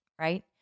right